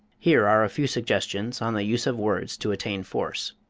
here are a few suggestions on the use of words to attain force